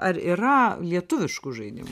ar yra lietuviškų žaidimų